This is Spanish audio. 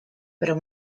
pero